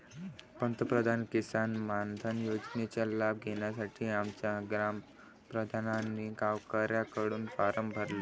पंतप्रधान किसान मानधन योजनेचा लाभ घेण्यासाठी आमच्या ग्राम प्रधानांनी गावकऱ्यांकडून फॉर्म भरले